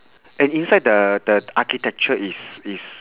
and inside the the architecture is is